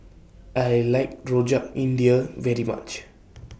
I like Rojak India very much